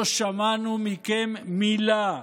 לא שמענו מכם מילה.